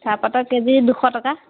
চাহপাতৰ কেজি দুশ টকা